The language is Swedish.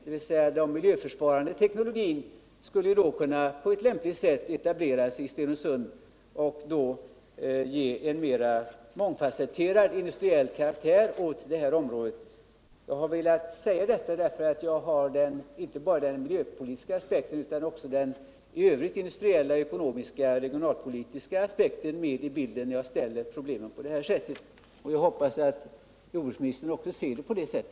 Den miljösparande teknologin skulle då på ett lämpligt sätt kunna etableras i Stenungsund och ge en mer mångfasetterad industriell karaktär åt området. Jag har velat säga detta därför att jag har inte bara den miljöpolitiska aspekten utan även de ekonomiska och regionalpolitiska aspekterna med i bilden när jag framställer problemen på det här sättet. Jag hoppas att jordbruksministern också ser frågorna så.